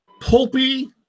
pulpy